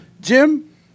Jim